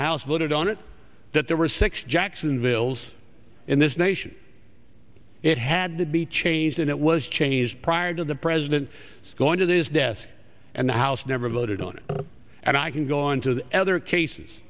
and house voted on it that there were six jacksonville's in this nation it had to be changed and it was changed prior to the president going to this desk and the house never voted on it and i can go on to other cases